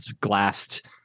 glassed